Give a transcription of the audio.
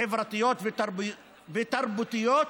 חברתיות ותרבותיות,